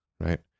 right